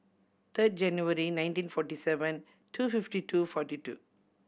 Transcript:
third January nineteen forty seven two fifty two forty two